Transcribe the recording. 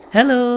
Hello